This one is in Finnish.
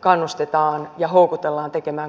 kannustetaan ja houkutellaan tekemään kuntaliitoksia